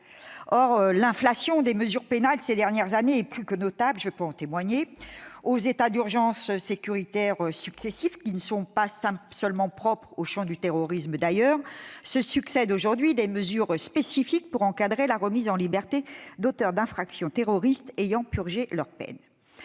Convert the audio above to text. l'inflation des mesures pénales est plus que notable, je peux en témoigner. Aux états d'urgence sécuritaire successifs, qui ne sont pas seulement propres au champ du terrorisme d'ailleurs, succèdent aujourd'hui des mesures spécifiques pour encadrer la remise en liberté d'auteurs d'infractions terroristes ayant purgé leur peine.